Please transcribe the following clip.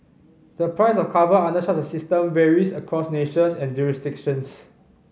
the price of carbon under such a system varies across nations and jurisdictions